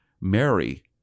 Mary